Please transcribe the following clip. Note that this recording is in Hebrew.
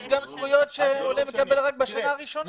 יש גם זכויות שעולה מקבל רק בשנה הראשונה.